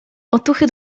otuchy